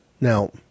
Now